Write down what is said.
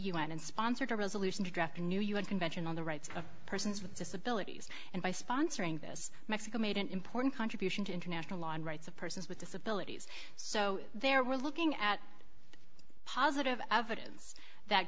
un and sponsored a resolution to draft a new un convention on the rights of persons with disabilities and by sponsoring this mexico made an important contribution to international law and rights of persons with disabilities so there were looking at positive evidence that